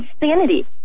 insanity